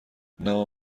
نام